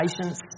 patience